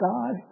God